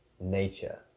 nature